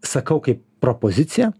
sakau kaip pro pozicija